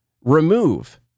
remove